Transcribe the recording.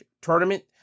tournament